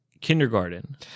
kindergarten